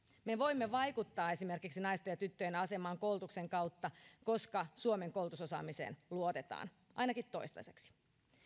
me voimme vaikuttaa esimerkiksi naisten ja tyttöjen asemaan koulutuksen kautta koska suomen koulutusosaamiseen luotetaan ainakin toistaiseksi